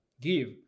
give